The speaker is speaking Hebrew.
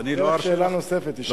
תשאלי במסגרת שאלה נוספת.